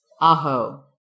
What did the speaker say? Aho